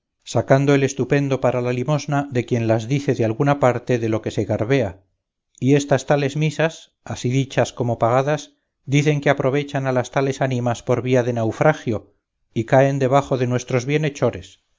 sacando el estupendo para la limosna de quien las dice de alguna parte de lo que se garbea y estas tales misas así dichas como pagadas dicen que aprovechan a las tales ánimas por vía de naufragio y caen debajo de nuestros